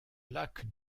lac